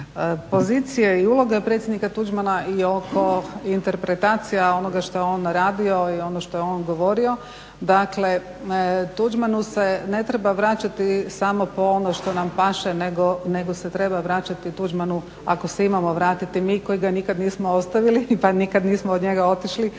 pozicije i uloge predsjednika Tuđmana i oko interpretacija onoga što je on radio i ono što je on govorio. Dakle, Tuđmanu se ne treba vraćati samo po ono što nam paše nego se treba vraćati Tuđmanu ako se imamo vratiti mi koji ga nikad nismo ostavili pa nikad nismo od njega otišli.